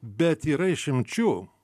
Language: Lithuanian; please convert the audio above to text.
bet yra išimčių